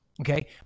okay